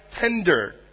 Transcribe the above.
tender